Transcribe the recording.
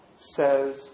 says